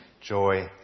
Joy